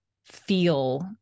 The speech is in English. feel